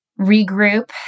regroup